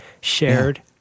Shared